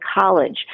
college